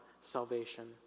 salvation